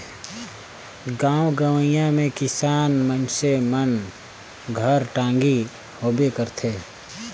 गाँव गंवई मे किसान मइनसे मन घर टागी होबे करथे